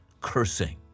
cursing